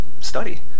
study